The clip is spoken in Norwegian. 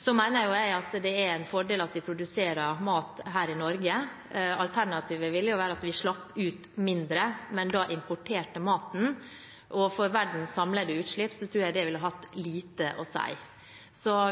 er en fordel at vi produserer mat her i Norge. Alternativet ville være at vi slapp ut mindre, men da importerte maten. For verdens samlede utslipp tror jeg det ville hatt lite å si.